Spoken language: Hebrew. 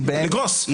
לגרוס.